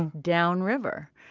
and downriver.